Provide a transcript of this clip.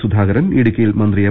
സുധാകരൻ ഇടുക്കിയിൽ മന്ത്രി എം